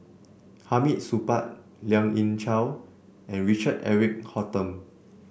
Hamid Supaat Lien Ying Chow and Richard Eric Holttum